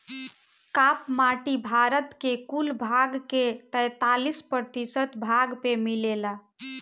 काप माटी भारत के कुल भाग के तैंतालीस प्रतिशत भाग पे मिलेला